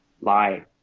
lie